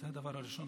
אדוני היושב-ראש,